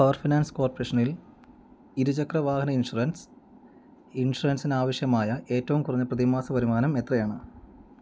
power finance കോർപ്പറേഷനിൽ ഇരുചക്ര വാഹന ഇൻഷുറൻസ് ഇൻഷുറൻസിന് ആവശ്യമായ ഏറ്റവും കുറഞ്ഞ പ്രതിമാസ വരുമാനം എത്രയാണ്